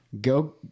Go